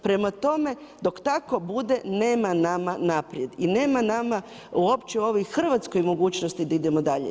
Prema tome, dok tako bude nema mana naprijed i nema nama uopće ovoj Hrvatskoj mogućnosti da idemo dalje.